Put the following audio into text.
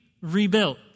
rebuilt